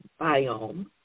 biome